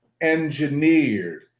engineered